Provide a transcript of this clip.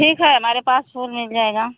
ठीक है हमारे पास फूल मिल जाएगा